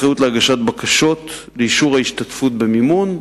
אחריות להגשת בקשות לאישור ההשתתפות במימון,